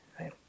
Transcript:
right